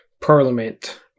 parliament